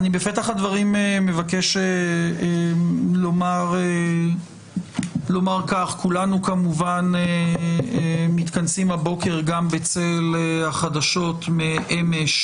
בפתח הדברים אני מבקש לומר כך: כולנו מתכנסים הבוקר בצל החדשות מאמש